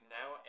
now